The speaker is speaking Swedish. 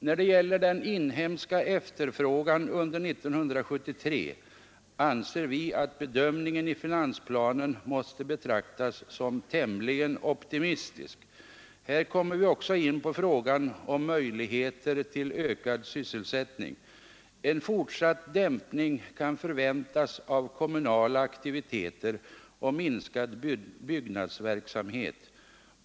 När det gäller den inhemska efterfrågan under 1973 anser vi att bedömningen i finansplanen måste betraktas som tämligen optimistisk. Här kommer vi också in på frågan om möjligheter till ökad sysselsättning. En fortsatt dämpning kan förväntas av kommunala aktiviteter liksom en minskad byggnadsverksamhet.